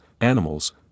animals